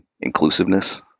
inclusiveness